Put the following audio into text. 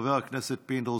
חבר הכנסת פינדרוס,